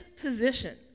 position